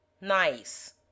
nice